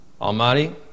Almighty